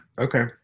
Okay